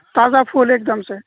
تازہ پھول ایک دم سے